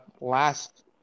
last